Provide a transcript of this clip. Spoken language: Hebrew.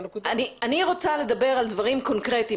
אני רוצה לדבר על דברים קונקרטיים,